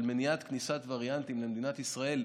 של מניעת כניסת וריאנטים למדינת ישראל,